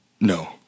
no